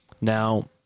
Now